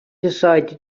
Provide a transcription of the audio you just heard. decided